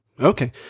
Okay